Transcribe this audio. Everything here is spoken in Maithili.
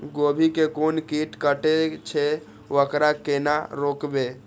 गोभी के कोन कीट कटे छे वकरा केना रोकबे?